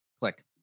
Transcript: Click